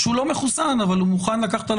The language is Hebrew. שהוא לא מחוסן אבל הוא מוכן לקחת על